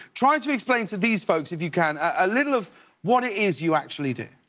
try and to explain to these folks if you can. a little of what it is you actually do.